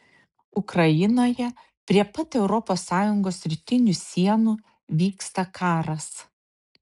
ukrainoje prie pat europos sąjungos rytinių sienų vyksta karas